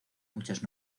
muchas